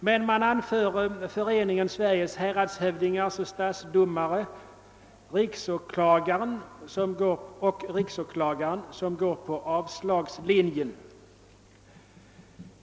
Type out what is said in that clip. Men man åberopar Föreningen Sveriges häradshövdingar och stadsdomare samt riksåklagaren som går på avslagslinjen.